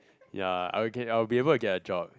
ya I I will be able to get a job